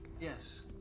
Yes